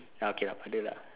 ah okay puddle lah